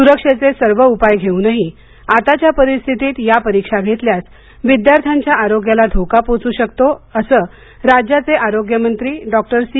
सुरक्षेचे सर्व उपाय घेऊनही आताच्या परिस्थितीत या परीक्षा घेतल्यास विद्यार्थ्यांच्या आरोग्याला धोका पोहचू शकतो असं राज्याचे आरोग्य मंत्री डॉक्टर सी